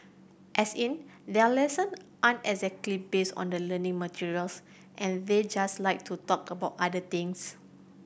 as in their lesson aren't exactly based on the learning materials and they just like to talk about other things